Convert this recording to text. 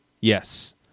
Yes